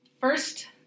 First